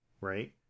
right